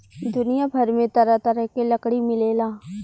दुनिया भर में तरह तरह के लकड़ी मिलेला